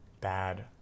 bad